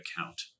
account